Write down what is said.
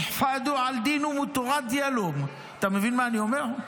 שישמרו על דתם ותרבותם.) אתה מבין מה אני אומר?